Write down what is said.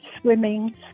swimming